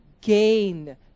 gain